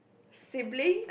sibling